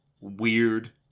weird